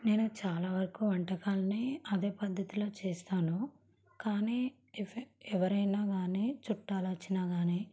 నేను చాలా వరకు వంటకాలని అదే పద్ధతిలో చేస్తాను కానీ ఎవ ఎవరైనా కానీ చుట్టాలు వచ్చినా కానీ